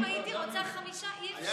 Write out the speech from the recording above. אני רק אומרת שגם אם הייתי רוצה חמישה, אי-אפשר.